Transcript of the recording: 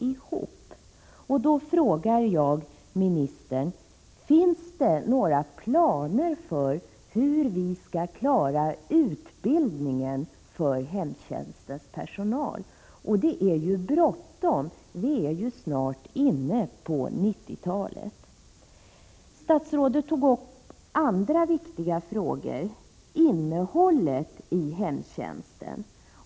Jag frågar då biträdande socialministern: Finns det några planer för hur vi skall klara utbildningen för hemtjänstens personal? Det är ju bråttom, vi är ju snart inne på 90-talet. Statsrådet tog upp andra viktiga frågor som t.ex. innehållet i hemtjänsten.